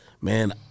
man